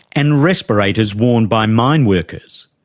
and respirators worn by mine workers.